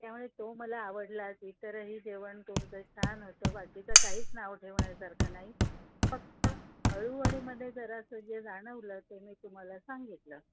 त्यामुळे तो मला आवडला इतरही जेवण तुमचं छान होतं बाकीचं काहीच नाव ठेवण्यासारखं नाही फक्त अळूवडीमध्ये जरासं जे जाणवलं ते मी तुम्हाला सांगितलं